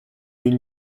une